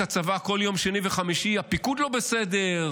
הצבא בכל שני וחמישי: הפיקוד לא בסדר,